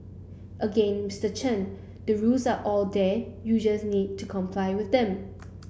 again Mister Chen the rules are all there you just need to comply with them